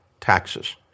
Taxes